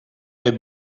est